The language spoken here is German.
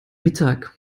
mittag